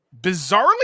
bizarrely